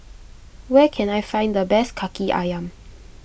where can I find the best Kaki Ayam